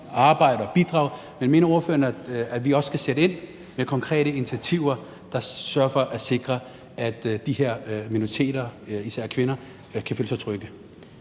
arbejde og bidrage, men mener ordføreren, at vi også skal sætte ind med konkrete initiativer, der sørger for at sikre, at de her minoriteter, især kvinder, kan føle sig trygge?